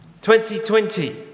2020